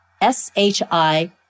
S-H-I